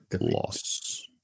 loss